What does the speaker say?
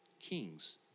Kings